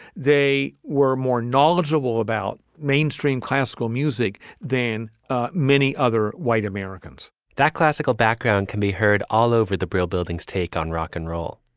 they were more knowledgeable knowledgeable about mainstream classical music than many other white americans that classical background can be heard all over the brill buildings. take on rock and roll,